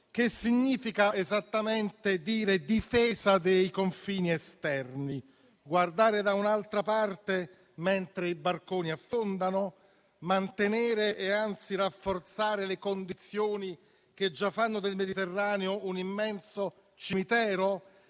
cosa significa esattamente "difesa dei confini esterni": guardare da un'altra parte mentre i barconi affondano? Mantenere e anzi rafforzare le condizioni che già fanno del Mediterraneo un immenso cimitero?